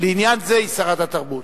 לעניין זה היא שרת התרבות.